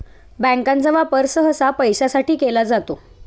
बँकांचा वापर सहसा पैशासाठी केला जातो